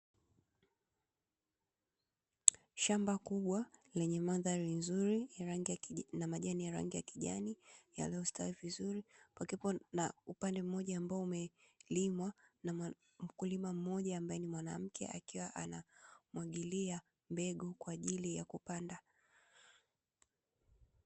Shamba kubwa lenye mandhari nzuri na majani ya rangi kijani, yaliyostawi vizuri pakiwa na upande mmoja ambao umelimwa na mkulima mmoja, ambae ni mwanamke akiwa anamwagilia mbegu kwa jili ya kupanda.